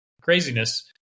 craziness